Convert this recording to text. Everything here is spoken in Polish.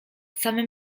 samym